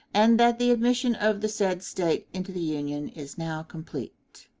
and that the admission of the said state into the union is now complete.